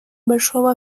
большого